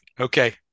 Okay